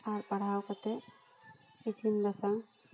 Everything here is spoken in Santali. ᱟᱨ ᱯᱟᱲᱦᱟᱣ ᱠᱟᱛᱮ ᱤᱥᱤᱱ ᱵᱟᱥᱟᱝ